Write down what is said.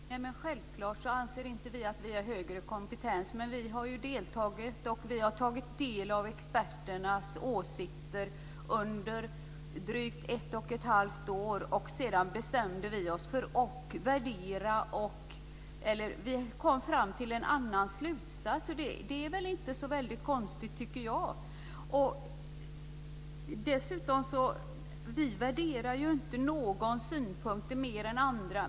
Herr talman! Självklart anser vi inte att vi har högre kompetens. Men vi har tagit del av experternas åsikter under drygt ett och ett halvt år och kom sedan fram till en annan slutsats. Det är väl inte så väldigt konstigt, tycker jag. Dessutom värderar vi ju inte någons synpunkter mer än andras.